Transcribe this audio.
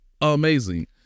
amazing